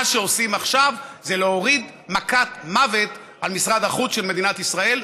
מה שעושים עכשיו זה להוריד מכת מוות על משרד החוץ של מדינת ישראל.